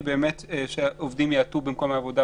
היא שבאמת שעובדים יעטו מסיכה במקום העבודה.